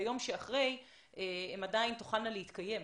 שביום שאחרי הן עדיין תוכלנה להתקיים?